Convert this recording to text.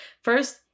first